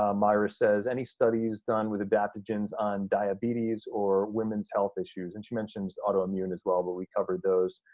ah myra says, any studies done with adaptogens on diabetes or women's health issues? and she mentions autoimmune as well, but we covered those.